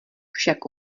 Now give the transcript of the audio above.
však